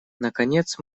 наконец